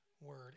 word